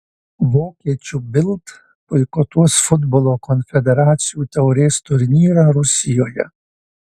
vokiečių bild boikotuos futbolo konfederacijų taurės turnyrą rusijoje